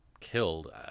killed